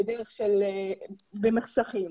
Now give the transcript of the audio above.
במחשכים.